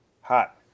Hot